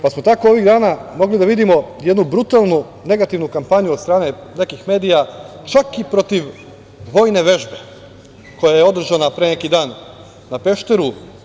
Tako smo ovih dana mogli da vidimo jednu brutalnu negativnu kampanju od strane nekih medija, čak i protiv vojne vežbe koja je održana pre neki dan na Pešteru.